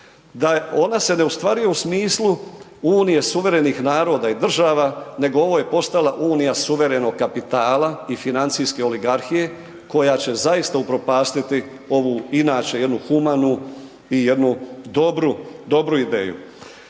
da ona se ne ostvaruje u smislu unije suverenih naroda i država, nego ovo je postala unija suverenog kapitala i financijske oligarhije koja će zaista upropastiti ovu inače jednu humanu i jednu dobru, dobru